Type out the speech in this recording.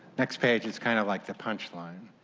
next pages, kind of like the punchline,